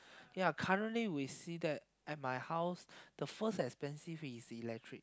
ya currently we see that at my house the first expensive is electricity